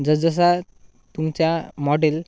जस जसा तुमच्या मॉडेल